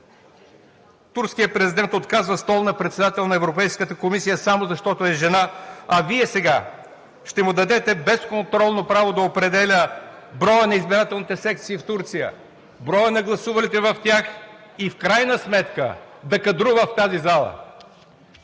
Турският президент отказва стол на председателя на Европейската комисия само защото е жена, а Вие сега ще му дадете безконтролно право да определя броя на избирателните секции в Турция, броя на гласувалите в тях и в крайна сметка да кадрува в тази зала!